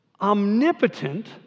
omnipotent